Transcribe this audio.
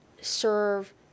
serve